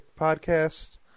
podcast